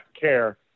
care